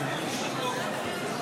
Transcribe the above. (קורא בשמות חברי הכנסת)